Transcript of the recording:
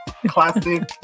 Classic